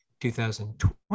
2020